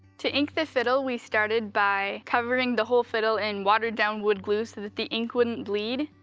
to ink the fiddle we started by covering the whole fiddle in watered down wood glue so the ink wouldn't bleed.